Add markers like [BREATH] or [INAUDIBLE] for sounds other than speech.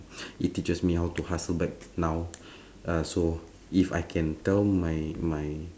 [BREATH] it teaches me how to hustle back now [BREATH] uh so if I can tell my my